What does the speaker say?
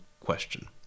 question